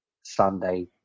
Sunday